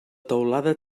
teulada